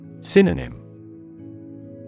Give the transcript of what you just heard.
Synonym